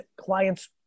clients